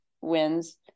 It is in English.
wins